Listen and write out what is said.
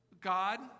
God